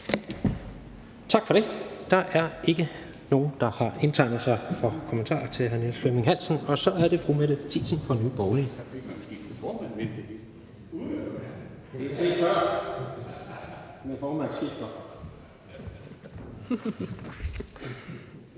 Tak for det. Der er ikke nogen, der har indtegnet sig for kommentarer til hr. Niels Flemming Hansen. Og så er fru Mette Thiesen fra Nye Borgerlige.